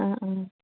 অঁ অঁ